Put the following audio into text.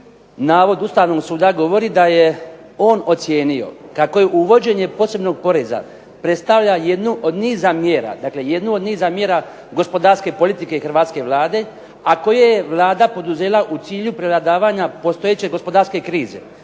navod Ustavnog suda govori da je on ocijenio kako je uvođenjem posebnog poreza predstavlja jednu od niza mjera gospodarske politike hrvatske Vlade, a koje je Vlada poduzela u cilju prevladavanja postojeće gospodarske krize